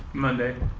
monday.